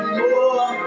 more